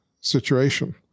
situation